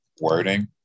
wording